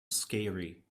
scary